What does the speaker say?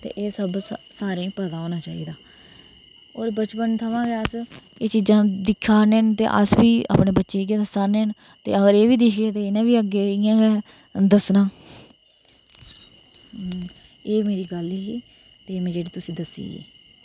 ते एह् सब सारेंई पता होना चाहिदा और बचपन थमां गै अस एह् चीजां दिक्खाने न ते अस बी अपनें बच्चें गी गै दस्साने न ते अगर एह्बी दिखगे ते इनें बी अग्गे इ'यां गै दस्सना एह् मेरी गल्ल ही एह् में जेह्ड़ी तुसें दस्सी ऐ